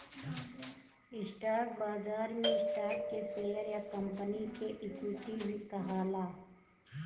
stock बाजार में stock के शेयर या कंपनी के इक्विटी भी कहाला